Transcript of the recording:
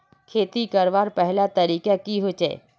खेती करवार पहला तरीका की होचए?